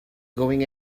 going